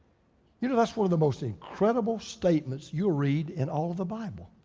you know, that's one of the most incredible statements you'll read in all of the bible.